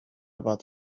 about